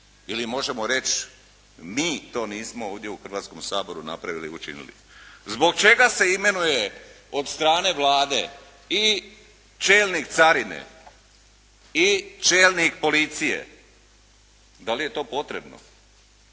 Ili možemo reći, mi to nismo ovdje u Hrvatskom saboru napravili i učinili. Zbog čega se imenuje od strane Vlade i čelnik carine, i čelnik policije? Da li je to potrebno?